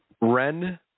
Ren